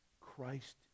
Christ